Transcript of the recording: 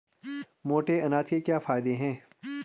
मोटे अनाज के क्या क्या फायदे हैं?